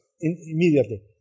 immediately